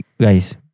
guys